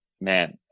man